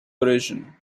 origin